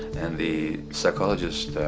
and the psychologist